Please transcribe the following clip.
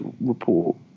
report